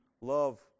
love